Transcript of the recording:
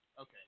Okay